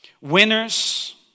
Winners